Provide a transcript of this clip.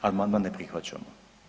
Amandman ne prihvaćamo.